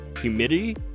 humidity